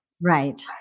Right